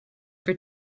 for